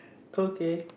okay